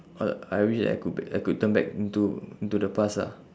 oh I wish I could b~ I could turn back into into the past ah